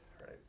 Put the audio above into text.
Right